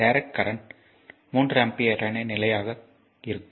இந்த direct current 3 ampere என நிலையாக இருக்கும்